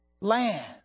land